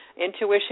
Intuition